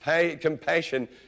Compassion